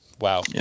Wow